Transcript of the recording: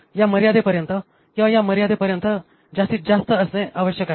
या मर्यादेपर्यंत किंवा या मर्यादेपर्यंत जास्तीत जास्त असणे आवश्यक आहे